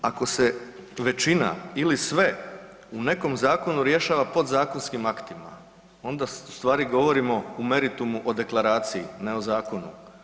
Drugo, ako se većina ili sve u nekom zakonu rješava podzakonskim aktima, onda ustvari govorimo u meritumu u deklaraciji, ne o zakonu.